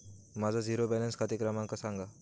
माझा zero balance खाते क्रमांक सांगा